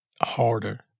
harder